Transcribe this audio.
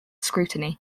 scrutiny